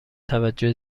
توجه